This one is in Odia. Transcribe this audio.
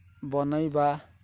ବନେଇବା